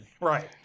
Right